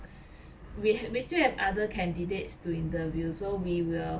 cause we h~ we still have other candidates to interview so we will